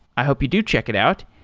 i hope you do check it out.